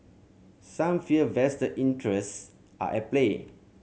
some fear vested interest are at play